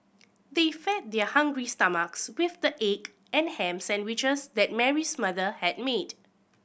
they fed their hungry stomachs with the egg and ham sandwiches that Mary's mother had made